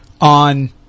on